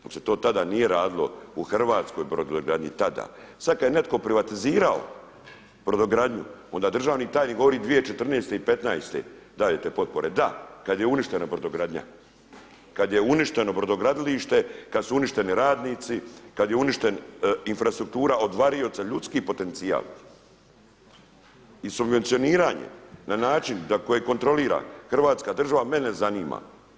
Dok se to tada nije radilo u hrvatskoj brodogradnji tada, sada kada je netko privatizirao brodogradnju onda državni tajnik govori 2014. i 2015. dajte potpore, da kada je uništena brodogradnja, kada je uništeno brodogradilište, kada su ništeni radnici, kada je uništena infrastruktura od varioca, ljudski potencijal i subvencioniranje na način koje kontrolira Hrvatska država mene zanima.